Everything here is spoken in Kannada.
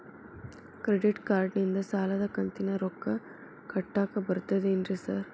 ಕ್ರೆಡಿಟ್ ಕಾರ್ಡನಿಂದ ಸಾಲದ ಕಂತಿನ ರೊಕ್ಕಾ ಕಟ್ಟಾಕ್ ಬರ್ತಾದೇನ್ರಿ ಸಾರ್?